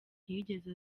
ntiyigeze